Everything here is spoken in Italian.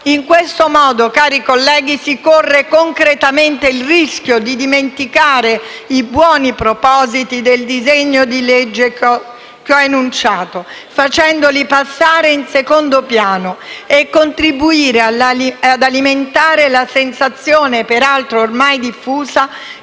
In questo modo, cari colleghi, si corre concretamente il rischio di dimenticare i buoni propositi del disegno di legge che ho enunciato, facendoli passare in secondo piano, e di contribuire ad alimentare la sensazione, per altro ormai diffusa,